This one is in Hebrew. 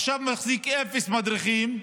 עכשיו מחזיק אפס מדריכים,